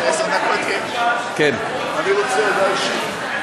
אני רוצה הודעה אישית.